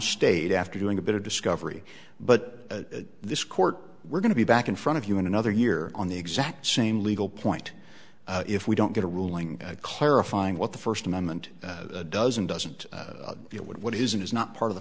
state after doing a bit of discovery but this court we're going to be back in front of you in another year on the exact same legal point if we don't get a ruling clarifying what the first amendment doesn't doesn't deal with what is and is not part of the